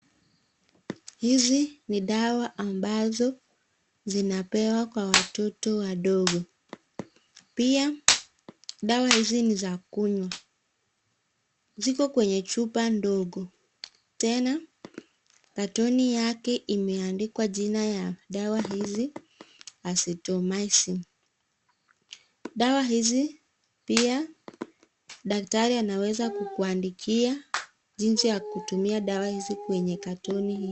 Hizi ni dawa ambazo zinapewa kwa watoto wadogo .Pia dawa hizi ni za kunywa. Ziko kwenye chupa ndogo. Tena katoni yake imeandikwa jina ya dawa hizi, 'Azithromycin'.Dawa hizi pia daktari anaweza kukuandikia jinsi ya kutumia dawa hizi kwenye katoni hii.